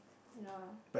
ya